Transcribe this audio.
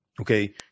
Okay